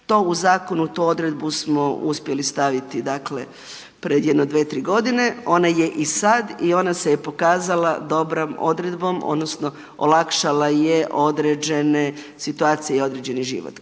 To u zakonu tu odredbu smo uspjeli staviti, dakle pred jedno dvije tri godine. Ona je i sad i ona se je pokazala dobrom odredbom, odnosno olakšala je određene situacije i određeni život.